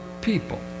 people